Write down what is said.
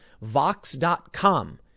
Vox.com